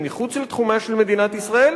היא מחוץ לתחומה של מדינת ישראל,